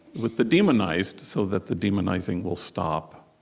with the demonized so that the demonizing will stop,